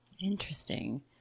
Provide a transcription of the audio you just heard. Interesting